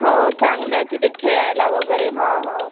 हो चांगलं आहे तिथे खेळायला वगैरे हां हां हां